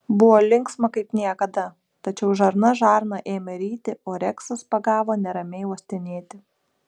buvo linksma kaip niekada tačiau žarna žarną ėmė ryti o reksas pagavo neramiai uostinėti